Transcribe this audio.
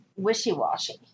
wishy-washy